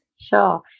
Sure